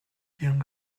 young